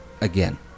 Again